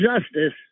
justice